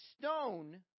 stone